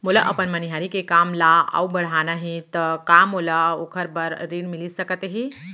मोला अपन मनिहारी के काम ला अऊ बढ़ाना हे त का मोला ओखर बर ऋण मिलिस सकत हे?